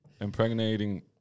impregnating